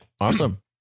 Awesome